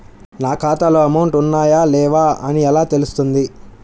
నా ఖాతాలో అమౌంట్ ఉన్నాయా లేవా అని ఎలా తెలుస్తుంది?